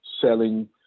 selling